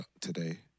today